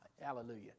hallelujah